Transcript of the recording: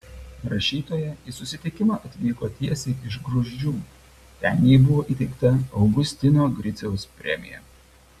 rašytoja į susitikimą atvyko tiesiai iš gruzdžių ten jai buvo įteikta augustino griciaus premija